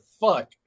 fuck